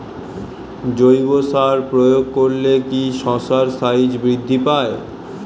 জৈব সার প্রয়োগ করলে কি শশার সাইজ বৃদ্ধি পায়?